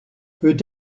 peut